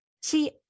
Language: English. See